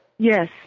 Yes